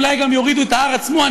ואולי גם יורידו את ההר עצמו.